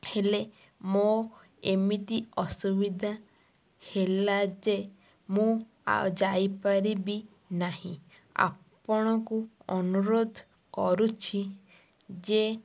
ହେଲେ ମୋ ଏମିତି ଅସୁବିଧା ହେଲା ଯେ ମୁଁ ଆଉ ଯାଇପାରିବି ନାହିଁ ଆପଣଙ୍କୁ ଅନୁରୋଧ କରୁଛି ଯେ